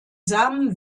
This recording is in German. samen